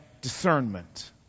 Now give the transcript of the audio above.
discernment